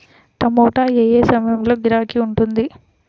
టమాటా ఏ ఏ సమయంలో గిరాకీ ఉంటుంది?